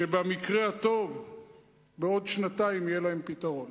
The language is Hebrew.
שבמקרה הטוב בעוד שנתיים יהיה להם פתרון.